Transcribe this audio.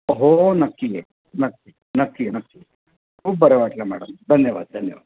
हो नक्की येईन नक्की नक्की नक्की खूप बरं वाटलं मॅडम धन्यवाद धन्यवाद